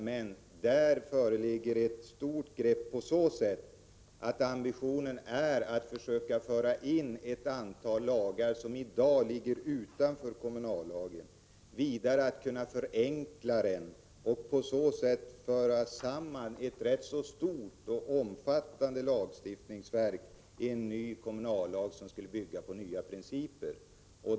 Men det har tagits ett stort grepp på så sätt att ambitionen är att försöka föra in ett antal lagar som i dag ligger utanför kommunallagen samt att kunna förenkla kommunallagen och på det viset föra samman rätt stora och omfattande lagstiftningsverk i en ny kommunallag, som skulle bygga på nya principer.